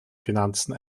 finanzen